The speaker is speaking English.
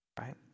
right